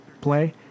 play